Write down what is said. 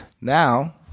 Now